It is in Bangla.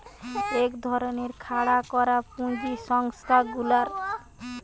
এক ধরণের খাড়া করা পুঁজি সংস্থা গুলার